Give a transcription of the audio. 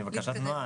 לבקשת נעה,